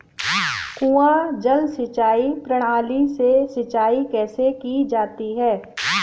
कुआँ जल सिंचाई प्रणाली से सिंचाई कैसे की जाती है?